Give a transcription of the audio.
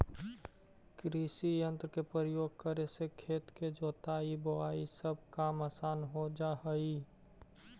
कृषियंत्र के प्रयोग करे से खेत के जोताई, बोआई सब काम असान हो जा हई